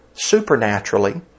supernaturally